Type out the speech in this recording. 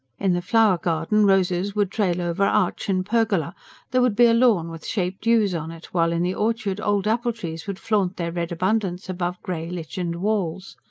in the flower-garden roses would trail over arch and pergola there would be a lawn with shaped yews on it while in the orchard old apple-trees would flaunt their red abundance above grey, lichened walls.